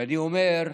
ואני אומר,